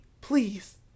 please